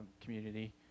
community